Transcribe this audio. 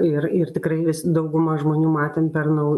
ir ir tikrai vis dauguma žmonių matėm per nau